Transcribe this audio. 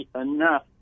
enough